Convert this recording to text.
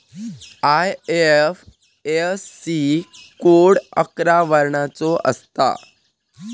IFSC code अकरा वर्णाचो असता